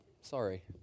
Sorry